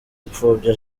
gupfobya